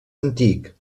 antic